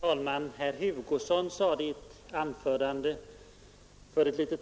Fru talman! Herr Hugosson sade i ett tidigare